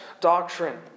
doctrine